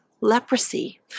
leprosy